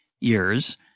years